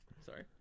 Sorry